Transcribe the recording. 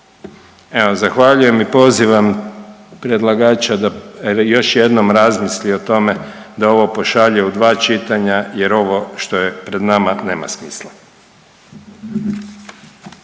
Evo, zahvaljujem i pozivam predlagača da još jednom razmisli o tome da ovo pošalje u dva čitanja jer ovo što je pred nama nema smisla.